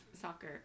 soccer